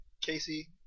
Casey